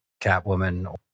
Catwoman